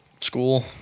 school